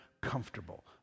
comfortable